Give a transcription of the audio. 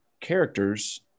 characters